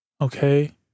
Okay